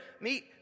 meet